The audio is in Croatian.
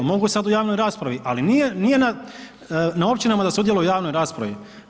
Mogu sada u javnoj raspravi, ali nije na općinama da sudjeluju u javnoj raspravi.